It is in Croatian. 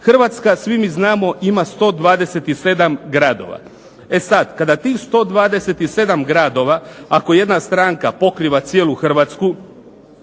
Hrvatska svi mi znamo ima 127 gradova. E sad, kada tih 127 gradova, ako jedna stranka pokriva cijelu Hrvatsku